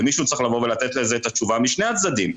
ומישהו צריך לתת לזה את התשובה משני הצדדים: